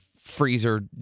freezer